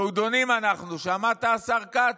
יהודונים אנחנו, שמעת, השר כץ?